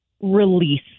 release